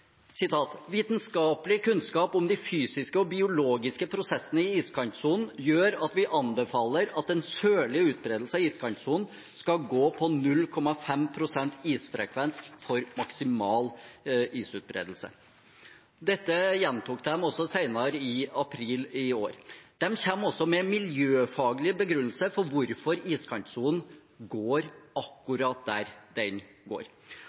kunnskap om de fysiske og biologiske prosessene i iskantsonen gjør at vi anbefaler at den sørlige utbredelse av iskantsonen skal gå på 0,5 prosent isfrekvens for maksimal isutbredelse.» Dette gjentok de senere, i april i år. De kommer også med miljøfaglige begrunnelser for hvorfor iskantsonen går akkurat der den går.